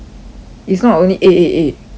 it's not only eight eight eight